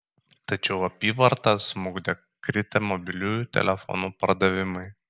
tačiau apyvartą smukdė kritę mobiliųjų telefonų pardavimai